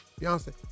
Beyonce